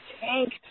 tanked